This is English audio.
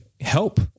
help